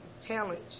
challenge